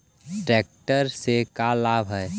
Tractor से का लाभ है?